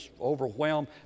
overwhelmed